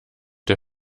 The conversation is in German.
der